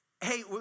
hey